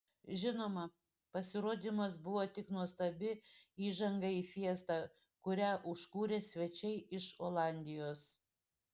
žinoma pasirodymas buvo tik nuostabi įžanga į fiestą kurią užkūrė svečiai iš olandijos